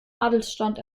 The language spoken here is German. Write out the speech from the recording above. adelsstand